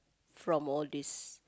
from all this